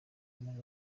muri